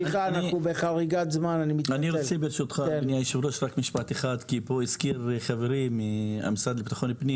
רציתי משפט אחד כי חברי מהמשרד לביטחון פנים